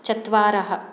चत्वारः